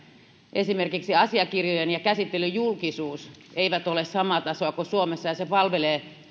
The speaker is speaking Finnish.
esimerkiksi asiakirjojen ja käsittelyn julkisuus eivät ole samaa tasoa kuin suomessa ja julkisuus palvelee